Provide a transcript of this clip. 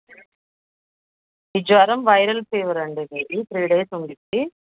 ఈ జ్వరం viral fever అండీ మీది త్రీ డేస్ ఉంటుంది